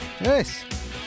yes